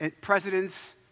president's